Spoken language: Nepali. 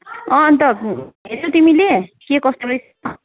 अँ अन्त हेऱ्यौ तिमीले के कस्तो रहेछ